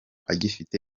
agifite